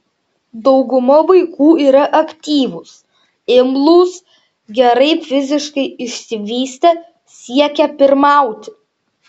dauguma vaikų yra aktyvūs imlūs gerai fiziškai išsivystę siekią pirmauti